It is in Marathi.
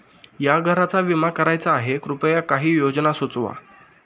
या घराचा विमा करायचा आहे कृपया काही योजना सुचवा